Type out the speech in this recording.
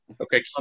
Okay